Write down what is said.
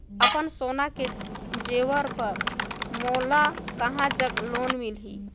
अपन सोना के जेवर पर मोला कहां जग लोन मिलही?